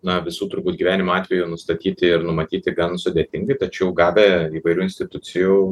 na visų turbūt gyvenimo atvejų nustatyti ir numatyti gan sudėtingai tačiau gavę įvairių institucijų